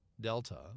Delta